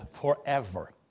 forever